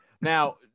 Now